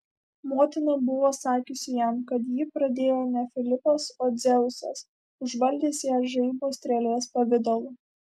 motina buvo sakiusi jam kad jį pradėjo ne filipas o dzeusas užvaldęs ją žaibo strėlės pavidalu